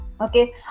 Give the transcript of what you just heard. Okay